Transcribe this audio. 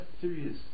serious